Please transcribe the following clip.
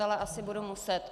Ale asi budu muset.